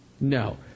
no